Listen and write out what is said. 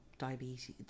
diabetes